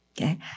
Okay